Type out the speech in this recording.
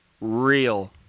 real